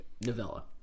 novella